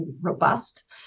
robust